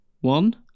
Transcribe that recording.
one